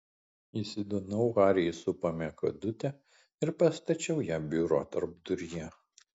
įsodinau harį į supamąją kėdutę ir pastačiau ją biuro tarpduryje